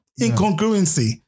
Incongruency